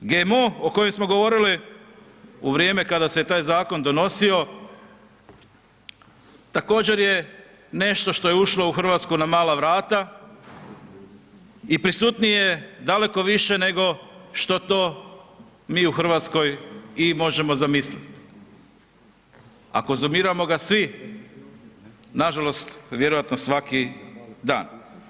GMO o kojem smo govorili u vrijeme kada se taj zakon donosio, također je nešto što je ušlo u Hrvatsku na mala vrata i prisutnije je daleko više nego što to mi u Hrvatskoj i možemo zamisliti, a konzumiramo ga svi nažalost vjerojatno svaki dan.